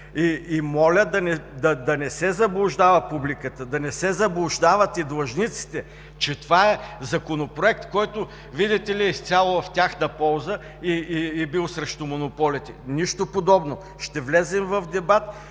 И моля да не се заблуждава публиката, да не се заблуждават и длъжниците, че това е Законопроект, който, видите ли, е изцяло в тяхна полза и бил срещу монополите. Нищо подобно! Ще влезем в дебат